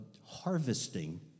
harvesting